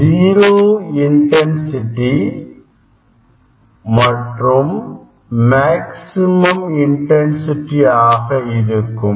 zero intensity மற்றும் maximum intensity ஆக இருக்கும்